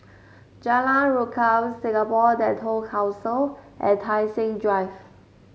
Jalan Rukam Singapore Dental Council and Tai Seng Drive